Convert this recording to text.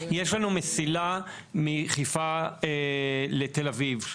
יש לנו מסילה מחיפה לתל אביב,